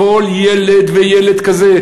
כל ילד וילד כזה,